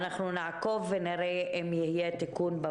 אנחנו נעקוב ונראה אם יהיה תיקון.